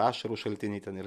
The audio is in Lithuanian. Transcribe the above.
ašarų šaltiniai ten ir